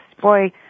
Boy